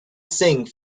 sing